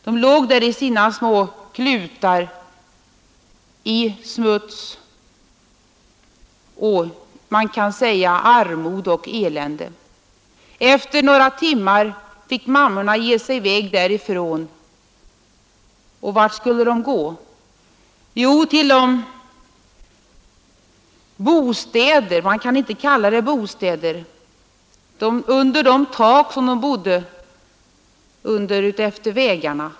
De låg där i sina små klutar, i smuts, i armod och elände. Efter några timmar fick mammorna ge sig i väg därifrån, och vart skulle de gå? Jo, till något som man inte kan kalla bostäder; de skulle gå till de tak som de bodde under utefter vägarna.